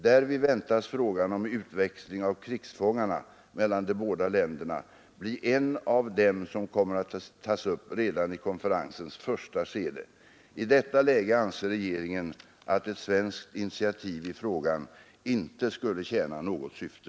Därvid väntas frågan om utväxling av krigsfångarna mellan de båda länderna bli en av dem som kommer att tas upp redan i konferensens första skede. I detta läge anser regeringen att ett svenskt initiativ i saken inte skulle tjäna något syfte.